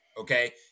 Okay